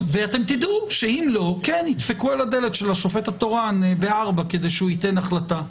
ותדעו שאם לא - ידפקו על הדלת של השופט התורן בארבע כדי שייתן החלטה.